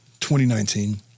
2019